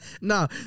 No